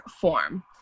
form